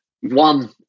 One